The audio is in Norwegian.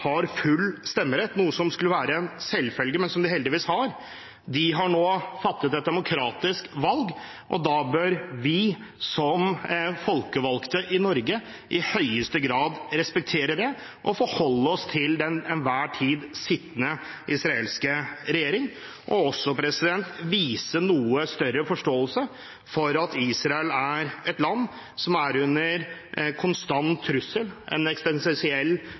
har full stemmerett – noe som skulle være en selvfølge, men heldigvis har de det – nå har tatt et valg. Da bør vi som folkevalgte i Norge i høyeste grad respektere det og forholde oss til den til enhver tid sittende israelske regjering og også vise noe større forståelse for at Israel er et land som er under konstant trussel, en